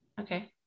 Okay